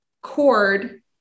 cord